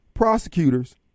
prosecutors